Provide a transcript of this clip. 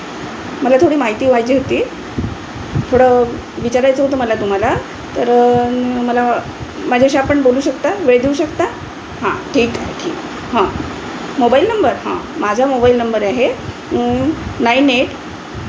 मला थोडी माहिती पाहिजे होती थोडं विचारायचं होतं मला तुम्हाला तरं मला माझ्याशी आपण बोलू शकता वेळ देऊ शकता हां ठीक आहे ठीक हां मोबाईल नंबर हां माझा मोबाईल नंबर आहे नाईन एट